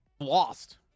lost